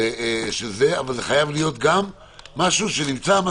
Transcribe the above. של זה, אבל זה חייב להיות גם משהו שבתוך